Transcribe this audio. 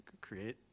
create